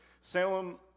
Salem